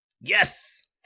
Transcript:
yes